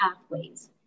pathways